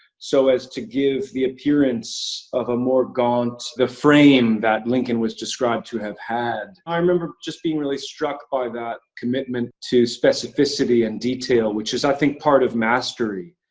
so as to give the appearance of a more gaunt the frame that lincoln was described to have had. i remember just being really struck by that commitment to specificity and detail, which is, i think, part of mastery.